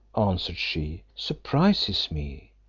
answered she, surprises me.